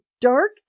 dark